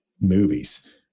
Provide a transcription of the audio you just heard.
movies